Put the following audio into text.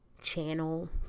channel